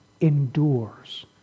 endures